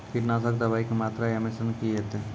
कीटनासक दवाई के मात्रा या मिश्रण की हेते?